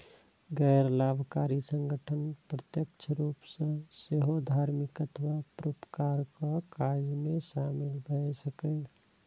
गैर लाभकारी संगठन प्रत्यक्ष रूप सं सेहो धार्मिक अथवा परोपकारक काज मे शामिल भए सकैए